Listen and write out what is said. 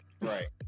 Right